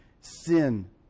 sin